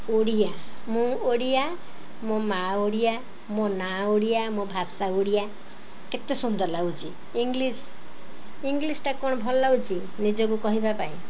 ଓଡ଼ିଆ ମୁଁ ଓଡ଼ିଆ ମୋ ମାଆ ଓଡ଼ିଆ ମୋ ନାଁ ଓଡ଼ିଆ ମୋ ଭାଷା ଓଡ଼ିଆ କେତେ ସୁନ୍ଦର ଲାଗୁଛି ଇଂଲିଶ୍ ଇଂଲିଶ୍ଟା କ'ଣ ଭଲ ଲାଗୁଛି ନିଜକୁ କହିବା ପାଇଁ